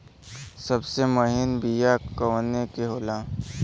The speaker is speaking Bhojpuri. सबसे महीन बिया कवने के होला?